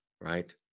right